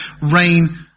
rain